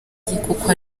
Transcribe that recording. kuko